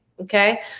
okay